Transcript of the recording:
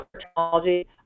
technology